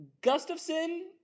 Gustafson